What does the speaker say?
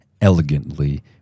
elegantly